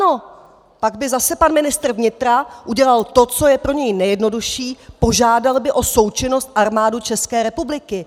Ano, pak by zase pan ministr vnitra udělal to, co je pro něj nejjednodušší požádal by o součinnost Armádu České republiky.